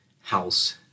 House